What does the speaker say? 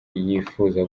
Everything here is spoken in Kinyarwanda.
yifuza